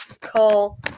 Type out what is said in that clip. call